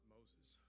Moses